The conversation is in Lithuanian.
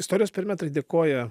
istorijos perimetrai dėkoja